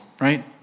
right